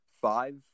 five